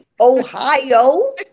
Ohio